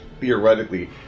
theoretically